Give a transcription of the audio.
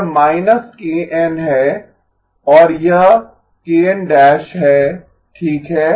यह है और यह है ठीक है